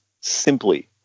simply